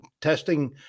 testing